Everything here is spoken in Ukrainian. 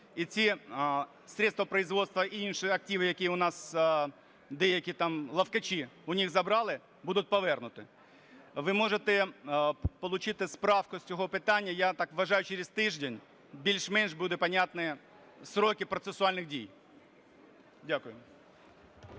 І ці средства производства і інші активи, які у нас, деякі там "ловкачі" у них забрали, будуть повернуті. Ви можете получити справку з цього питання, я так вважаю, через тиждень більш-менш будуть понятні строки процесуальних дій. Дякую.